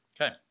Okay